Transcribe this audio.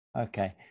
Okay